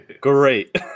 Great